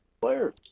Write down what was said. player